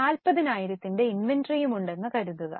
40000 ന്റെ ഇൻവെൻററിയും ഉണ്ടെന്നു കരുതുക